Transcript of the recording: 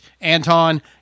Anton